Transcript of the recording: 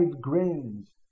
grains